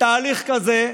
בתהליך כזה,